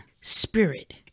spirit